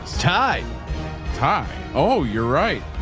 tie tie. oh, you're right.